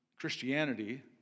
Christianity